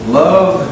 love